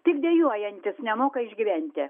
tik dejuojantys nemoka išgyventi